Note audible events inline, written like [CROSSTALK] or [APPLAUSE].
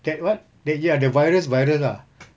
that what that dia ada virus virus ah [NOISE]